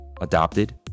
adopted